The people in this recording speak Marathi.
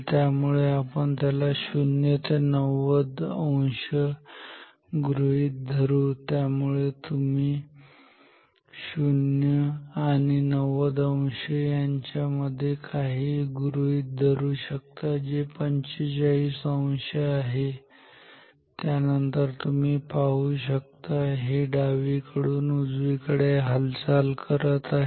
त्यामुळे आपण त्याला 0 ते 90 अंश गृहीत धरू त्यामुळे तुम्ही 0 आणि 90 अंश याच्यामध्ये काही गृहीत धरू शकता जे 45 अंश आहे त्यानंतर सुद्धा तुम्ही पाहू शकता हे डावीकडून उजवीकडे हालचाल करत आहे